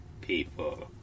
people